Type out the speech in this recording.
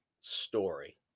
story